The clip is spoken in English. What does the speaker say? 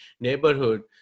neighborhood